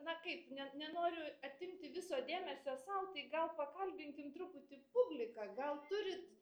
na kaip ne nenoriu atimti viso dėmesio sau tai gal pakalbinkim truputį publiką gal turit